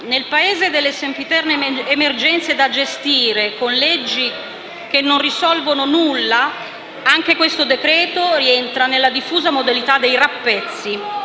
nel Paese delle sempiterne emergenze da gestire con leggi che non risolvono nulla, anche questo decreto rientra nella diffusa modalità dei rappezzi.